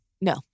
No